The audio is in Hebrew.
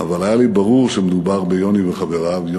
אבל היה לי ברור שמדובר ביוני וחבריו.